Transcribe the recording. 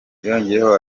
yongeyeho